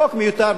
חוק מיותר,